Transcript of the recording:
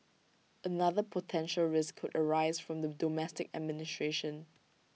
another potential risk could arise from the domestic administration